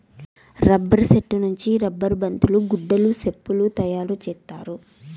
rubber సెట్టు నుంచి rubber బంతులు గుడ్డలు సెప్పులు తయారు చేత్తారు